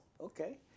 okay